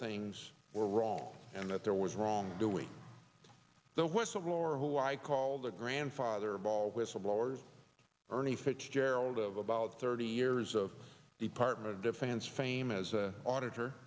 things were wrong and that there was wrongdoing the whistleblower who i called the grandfather of all whistleblowers ernie fics gerald of about thirty years of department of defense fame as an auditor